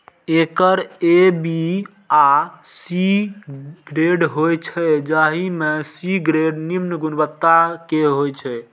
acre A, B आ C grade होइ छै, जाहि मे सी ग्रेड निम्न गुणवत्ता के होइ छै